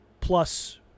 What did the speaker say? plus